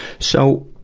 so,